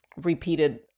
repeated